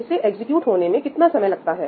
इसे एग्जीक्यूट होने में कितना समय लगता है